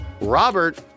robert